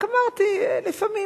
רק אמרתי: לפעמים,